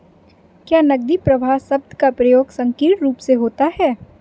क्या नकदी प्रवाह शब्द का प्रयोग संकीर्ण रूप से होता है?